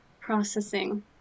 processing